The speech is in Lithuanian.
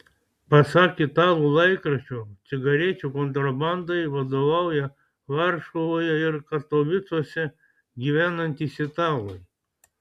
pasak italų laikraščio cigarečių kontrabandai vadovauja varšuvoje ir katovicuose gyvenantys italai